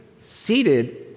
seated